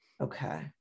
Okay